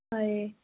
ହଁ ଏ